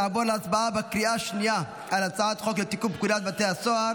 נעבור להצבעה בקריאה השנייה על הצעת לתיקון פקודת בתי הסוהר